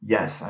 Yes